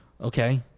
Okay